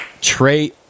Trey